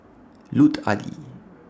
Lut Ali